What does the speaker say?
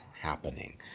happening